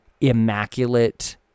immaculate